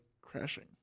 crashing